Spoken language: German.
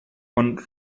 von